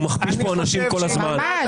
הוא מכפיש פה אנשים כל הזמן,